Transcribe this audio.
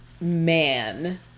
man